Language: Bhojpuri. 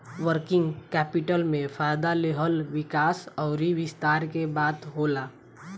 वर्किंग कैपिटल में फ़ायदा लेहल विकास अउर विस्तार के बात होला